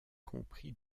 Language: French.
compris